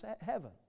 heaven